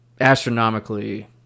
astronomically